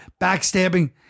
backstabbing